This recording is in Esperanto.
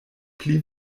pli